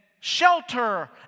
shelter